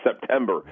September